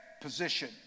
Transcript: position